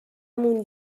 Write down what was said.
مون